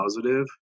positive